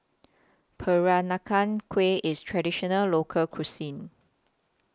Peranakan Kueh IS Traditional Local Cuisine